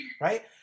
Right